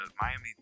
Miami